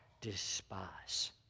despise